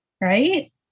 right